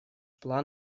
план